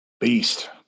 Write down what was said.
beast